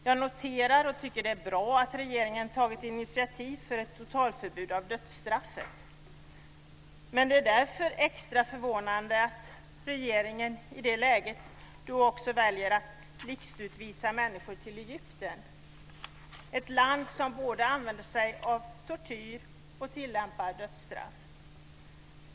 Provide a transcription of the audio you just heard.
Jag tycker att det är bra att regeringen tagit initiativ för ett totalförbud mot dödsstraff. Det är dock mycket förvånande att regeringen i det läget väljer att blixtutvisa människor till Egypten, ett land som både använder tortyr och tillämpar dödsstraff.